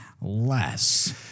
less